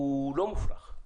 הוא לא מופרך.